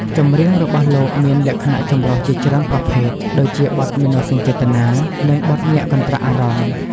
ចម្រៀងរបស់លោកមានលក្ខណៈចម្រុះជាច្រើនប្រភេទ ដូចជាបទមនោសញ្ចេតនា នឹងបទញាក់កន្ត្រាក់អារម្មណ៍ ។